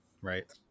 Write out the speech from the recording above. right